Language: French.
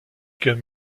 qu’un